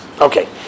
Okay